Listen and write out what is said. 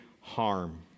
harm